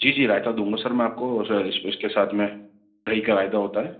جی جی رائتا دوں گا سر میں آپ کو اس اس کے ساتھ میں دہی کا رائتا ہوتا ہے